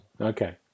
Okay